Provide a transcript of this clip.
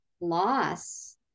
loss